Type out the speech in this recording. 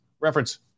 reference